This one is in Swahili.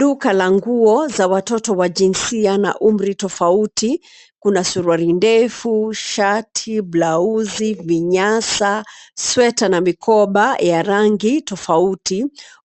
Duka la nguo za watoto wa jinsia na umri tofauti. Kuna suruali ndefu, shati, blauzi, vinyasa, sweta na mikoba ya rangi tofauti.